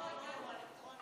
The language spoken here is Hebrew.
להוסיף את זה לפרוטוקול.